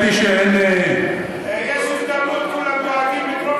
האמת היא שאין, יש הזדמנות, כשכולם דואגים לדרום